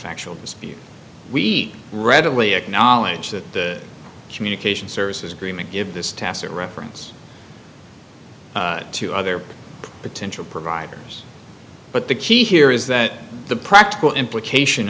factual dispute we readily acknowledge that the communication services agreement give this tacit reference to other potential providers but the key here is that the practical implication